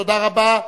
תודה רבה.